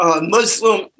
Muslim